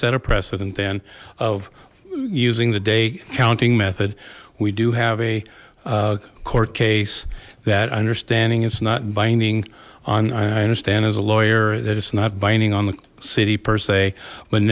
set a precedent then of using the day counting method we do have a court case that understanding is not binding on i understand as a lawyer that it's not binding on the city per se but